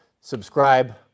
Subscribe